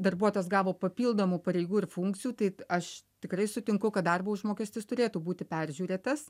darbuotojas gavo papildomų pareigų ir funkcijų tai aš tikrai sutinku kad darbo užmokestis turėtų būti peržiūrėtas